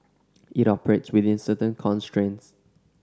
it operates within certain constraints